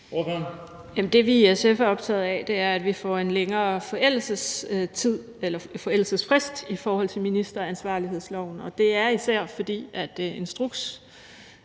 det, vi i SF er optaget af, er, at vi får en længere forældelsesfrist i forhold til ministeransvarlighedsloven, og det er især, fordi